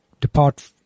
Depart